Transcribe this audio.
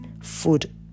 food